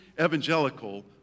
evangelical